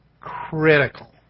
critical